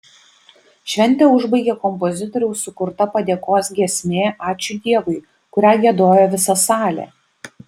šventę užbaigė kompozitoriaus sukurta padėkos giesmė ačiū dievui kurią giedojo visa salė